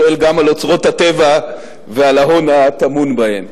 שואל גם על אוצרות הטבע ועל ההון הטמון בהם.